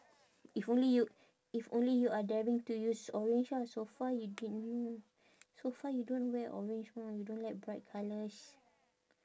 if only you if only you are daring to use orange ah so far you didn't so far you don't wear orange mah you don't like bright colours